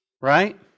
right